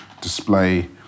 display